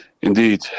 Indeed